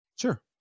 Sure